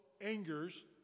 angers